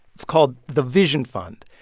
it's called the vision fund,